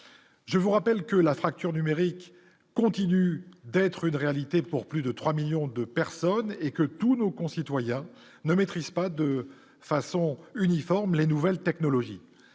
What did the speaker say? Je vous rappelle que la fracture numérique continue d'être une réalité pour plus de 3 millions de personnes et que tous nos concitoyens ne maîtrise pas de façon uniforme, les nouvelles technologies